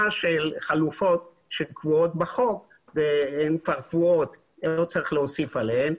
של חלופות שקבועות בחוק והן כבר קבועות ולא צריך להוסיף עליהן.